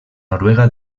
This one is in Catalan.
noruega